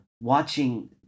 watching